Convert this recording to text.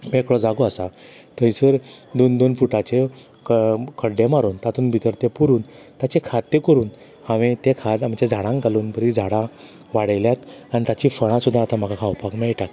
मेकळो जागो आसा थंयसर दोन दोन फुटाच्यो क खड्डे मारून तातून भितर तें पुरून ताचें खाद्य करून हांवें तें खाद् आमच्या झाडांक घालून बरी झाडां वाडयल्यात आनी ताची फळां सुद्दां आतां म्हाका खावपाक मेळटा